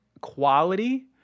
quality